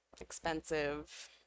expensive